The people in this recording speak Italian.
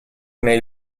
nei